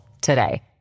today